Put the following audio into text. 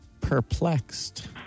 perplexed